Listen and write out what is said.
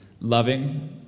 loving